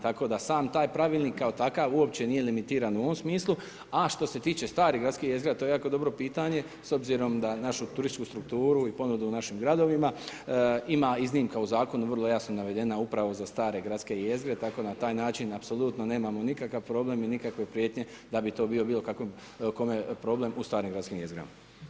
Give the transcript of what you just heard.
Tako da sam taj Pravilnik kao takav uopće nije limitiran u ovom smislu, a što se tiče stare gradske jezgre, a to je jako dobro pitanje, s obzirom da našu turističku strukturu i ponudu u našim gradovima, ima iznimka u Zakonu vrlo jasno navedena upravo za stare gradske jezgre tako na taj način apsolutno nemamo nikakav problem i nikakve prijetnje da bi to bio bilo kome problem u starim gradskim jezgrama.